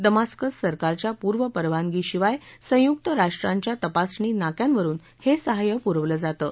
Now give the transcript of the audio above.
Damascus सरकारच्या पूर्व परवानगीशिवाय संयुक राष्ट्रांच्या तपासणी नाक्यांवरुन हे सहाय्य पुरवलं जातं